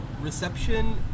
reception